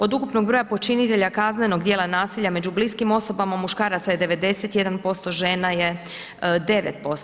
Od ukupnog broja počinitelja kaznenog djela nasilja među bliskim osobama muškaraca je 91%, žena je 9%